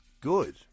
good